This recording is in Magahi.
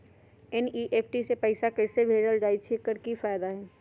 एन.ई.एफ.टी से पैसा कैसे भेजल जाइछइ? एकर की फायदा हई?